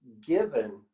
given